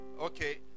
Okay